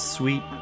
Sweet